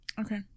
okay